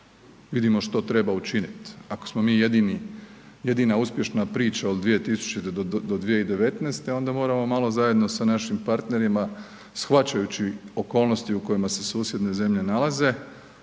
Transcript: vidimo što treba učinit. Ako smo mi jedina uspješna priča od 2000. do 2019. onda moramo malo zajedno sa našim partnerima shvaćajući okolnosti u kojima se susjedne zemlje nalaze,